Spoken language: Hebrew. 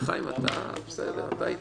חיים, בסדר, אתה אתנו.